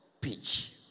pitch